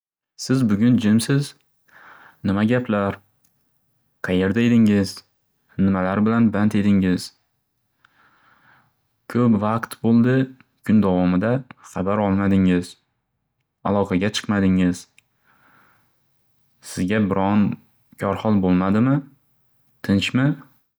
Siz bugun jimsiz. Nima gaplar? Qayerda edingiz? Nimalar bilan band edingiz? Ko'p vaqt bo'ldi kun davomida habar olmadingiz. Aloqaga chiqmadingiz. Sizga biron korxol bo'lmadimi? Tinchmi?